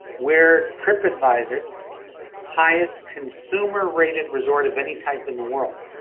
we're trip advisor's highest consumer rated resort of any type in the world.